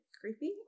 creepy